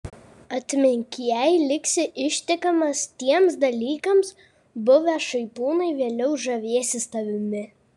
atmink jei liksi ištikimas tiems dalykams buvę šaipūnai vėliau žavėsis tavimi